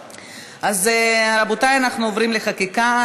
רבותי, אנחנו עוברים לחקיקה.